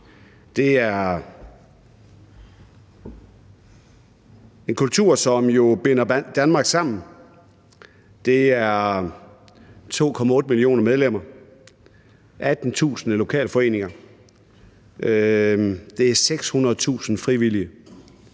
Det er jo en kultur, som binder Danmark sammen. Der er 2,8 millioner medlemmer, 18.000 lokalforeninger og 600.000 frivillige.